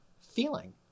feeling